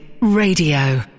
Radio